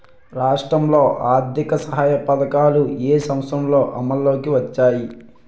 రాష్ట్రంలో ఆర్థిక సహాయ పథకాలు ఏ సంవత్సరంలో అమల్లోకి వచ్చాయి?